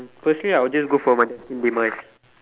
firstly I will just go for my destined demise